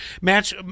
match